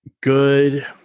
good